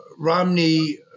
Romney